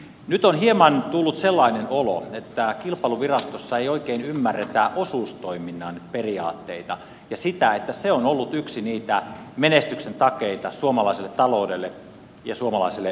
nyt on hieman tullut sellainen olo että kilpailuvirastossa ei oikein ymmärretä osuustoiminnan periaatteita ja sitä että se on ollut yksi niitä menestyksen takeita suomalaiselle taloudelle ja suomalaiselle hyvinvoinnille